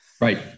right